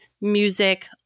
music